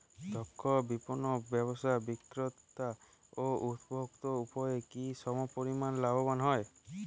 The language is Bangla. দক্ষ বিপণন ব্যবস্থায় বিক্রেতা ও উপভোক্ত উভয়ই কি সমপরিমাণ লাভবান হয়?